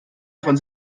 von